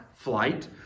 flight